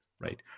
right